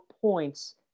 points